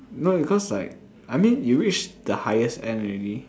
no because like I mean you reach the highest end already